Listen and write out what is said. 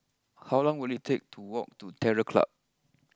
how long will it take to walk to Terror Club